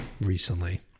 recently